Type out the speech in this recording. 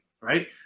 right